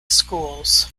schools